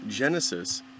Genesis